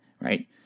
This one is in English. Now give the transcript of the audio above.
right